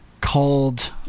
called